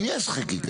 אומרים לך שיש חקיקה.